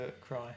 cry